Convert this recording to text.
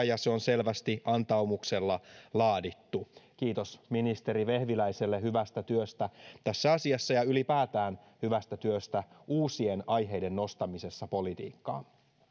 ja se on selvästi antaumuksella laadittu kiitos ministeri vehviläiselle hyvästä työstä tässä asiassa ja ylipäätään hyvästä työstä uusien aiheiden nostamisessa politiikkaan